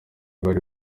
bari